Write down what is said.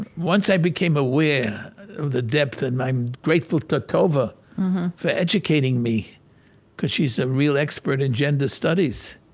and once i became aware of the depth and i'm grateful to tova for educating me because she's a real expert in gender studies